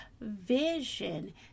vision